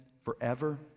forever